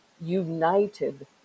United